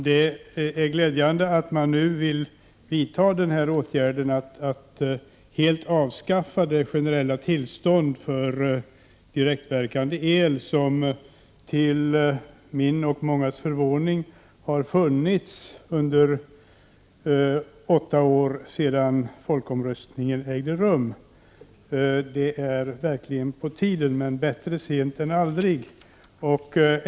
Det är glädjande att man nu vill vidta den åtgärden att helt avskaffa det generella tillstånd till direktverkande el som till min och mångas förvåning har funnits under åtta år sedan folkomröstningen ägde rum. Det är verkligen på tiden, men bättre sent än aldrig.